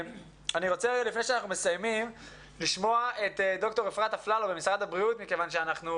אני רוצה לשמוע את דוקטור אפרת אפללו ממשרד הבריאות מכיוון שאנחנו